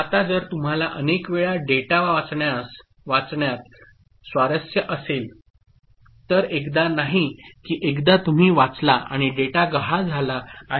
आता जर तुम्हाला अनेकवेळा डेटा वाचण्यात स्वारस्य असेल तर एकदा नाही की एकदा तुम्ही वाचला आणि डेटा गहाळ झाला आहे